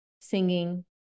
singing